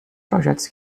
projetos